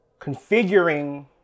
configuring